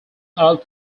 out